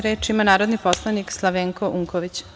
Reč ima narodni poslanika Slavenko Unković.